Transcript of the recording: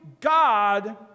God